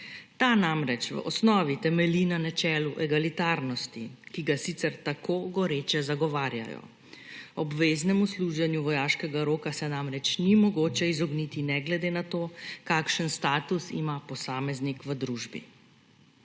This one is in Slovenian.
Ta namreč v osnovi temelji na načelu egalitarnosti, ki ga sicer tako goreče zagovarjajo. Obveznemu služenju vojaškega roka se namreč ni mogoče izogniti ne glede na to, kakšen status ima posameznik v družbi.